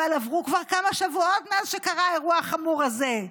אבל עברו כבר כמה שבועות מאז שקרה האירוע החמור הזה,